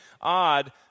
odd